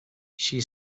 she